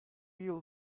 yıl